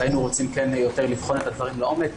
והיינו רוצים לבחון את הדברים לעומק.